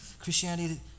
christianity